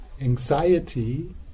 anxiety